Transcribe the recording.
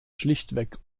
schlichtweg